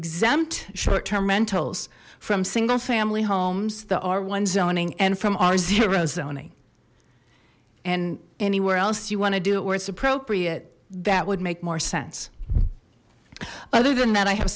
exempt short term rentals from single family homes the r zoning and from our zero zoning and anywhere else you want to do it where it's appropriate that would make more sense other than that i have